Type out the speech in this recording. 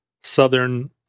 Southern